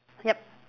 yup